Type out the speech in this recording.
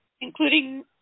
including